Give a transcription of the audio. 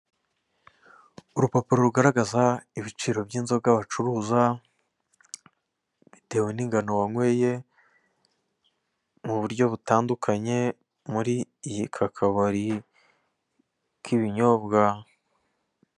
Urupapuro rugaragaza ibiciro by'inzoga bacuruza bitewe n'ingano wankweye muburyo butandukanye muri aka kabari k'ibinyobwa.